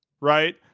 right